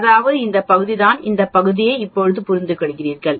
அதாவது இந்த பகுதி தான் இந்த பகுதியை இப்போது புரிந்துகொள்கிறீர்களா